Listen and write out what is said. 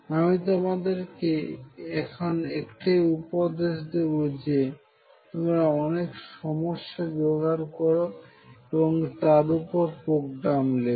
আমি তোমাদেরকে এখন এটাই উপদেশ দেবো যে তোমরা অনেক সমস্যা জোগাড় করো এবং তার উপর প্রোগ্রাম লেখ